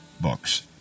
books